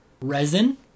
resin